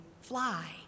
fly